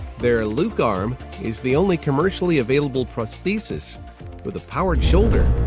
their luke arm is the only commercially-available prosthesis with a powered shoulder.